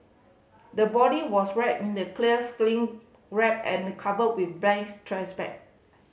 the body was wrapped in the clear cling wrap and covered with trash bag